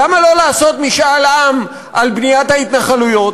למה לא לעשות משאל עם על בניית ההתנחלויות?